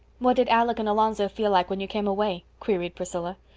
what did alec and alonzo feel like when you came away? queried priscilla.